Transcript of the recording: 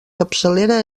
capçalera